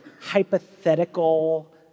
hypothetical